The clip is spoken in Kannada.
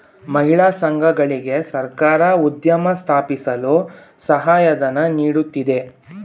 ಮಹಿಳಾ ಸಂಘಗಳಿಗೆ ಸರ್ಕಾರ ಉದ್ಯಮ ಸ್ಥಾಪಿಸಲು ಸಹಾಯಧನ ನೀಡುತ್ತಿದೆ